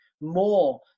more